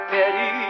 Betty